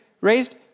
raised